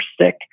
sick